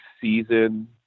season